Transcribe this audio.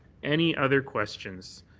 any other questions?